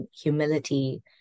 humility